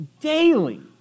daily